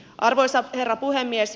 arvoisa herra puhemies